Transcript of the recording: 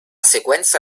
sequenza